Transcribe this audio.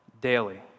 daily